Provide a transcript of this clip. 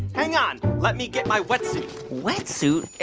hang on let me get my wetsuit wetsuit?